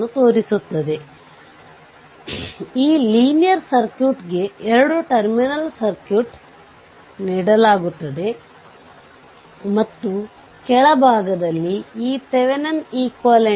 i3 ಈ ರೀತಿ ತೆಗೆದುಕೊಂಡರೆ ಮತ್ತು i0 ಮೇಲಕ್ಕೆ ಮತ್ತು i 3 ಕೆಳಕ್ಕೆ ಹೋಗುತ್ತದೆ ಅಂದರೆ i0 i 3